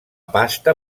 pasta